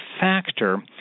factor